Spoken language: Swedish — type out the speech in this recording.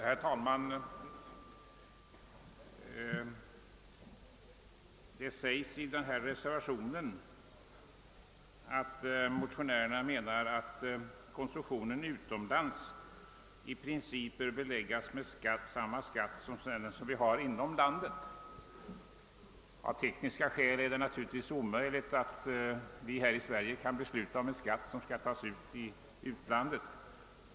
Herr talman! I reservationen anföres att motionärerna menar att »konsumtionen utomlands i princip bör belägsas med samma skatt som den vi har inom landet». Av tekniska skäl är det naturligtvis omöjligt för oss här i Sverige att besluta om en skatt som skall tas ut i utlandet.